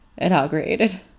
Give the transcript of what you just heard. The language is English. inaugurated